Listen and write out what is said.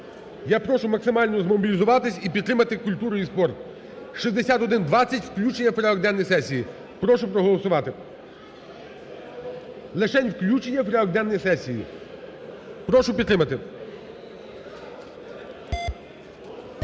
Я прошу максимально змобілізуватися і підтримати культуру і спорт. 6120, включення в порядок денний сесії. Прошу проголосувати. Лишень включення в порядок денний сесії. Прошу підтримати.